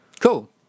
Cool